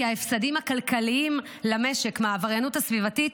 המשרד מעריך כי ההפסדים הכלכליים למשק מהעבריינות הסביבתית